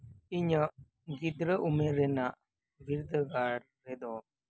ᱤᱧᱟᱹᱜ ᱜᱤᱫᱽᱨᱟᱹ ᱩᱢᱮᱨ ᱨᱮᱱᱟᱜ ᱵᱤᱫᱽᱫᱟᱹᱜᱟᱲ ᱨᱮᱫᱚ